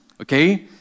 Okay